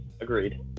Agreed